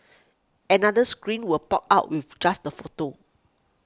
another screen will pop out with just the photo